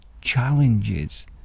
challenges